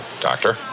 Doctor